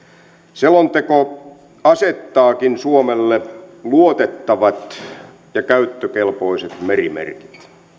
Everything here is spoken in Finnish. selonteko asettaakin suomelle luotettavat ja käyttökelpoiset merimerkit